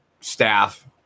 staff